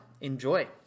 enjoy